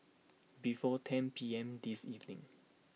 before ten P M this evening